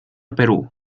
perú